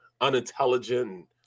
unintelligent